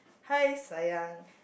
hi sayang